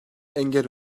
engel